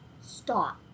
Stop